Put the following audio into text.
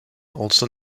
also